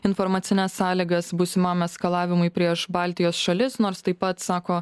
informacines sąlygas būsimam eskalavimui prieš baltijos šalis nors taip pat sako